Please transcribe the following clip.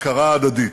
הכרה הדדית: